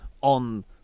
on